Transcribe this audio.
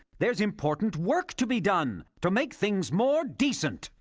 there's important work to be done to make things more decent!